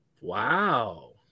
Wow